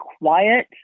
quiet